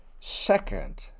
second